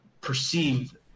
perceived